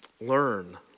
learn